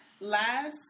last